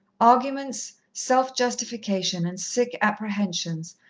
arguments, self-justification and sick apprehensions,